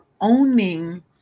owning